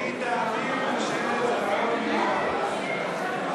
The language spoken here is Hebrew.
"כי תעביר ממשלת זדון מן הארץ".